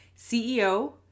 CEO